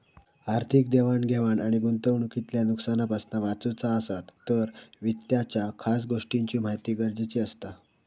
आर्थिक देवाण घेवाण आणि गुंतवणूकीतल्या नुकसानापासना वाचुचा असात तर वित्ताच्या खास गोष्टींची महिती गरजेची असता